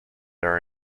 are